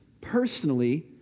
Personally